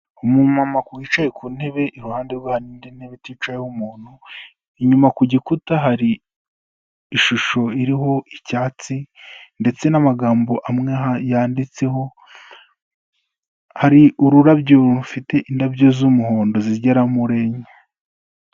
Umu mama wicaye ku ntebe iruhande rwe hari indi ntebe iticayeho umuntu, inyuma ku gikuta hari ishusho iriho icyatsi ndetse n'amagambo amwe yanditseho hari ururabyo rufite indabyo z'umuhondo zigera muri enye.